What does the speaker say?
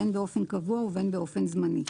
בין באופן קבוע ובין באופן זמני,